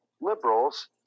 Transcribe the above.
liberals